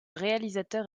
réalisateur